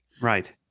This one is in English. Right